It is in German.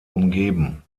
umgeben